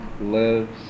lives